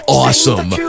awesome